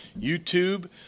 YouTube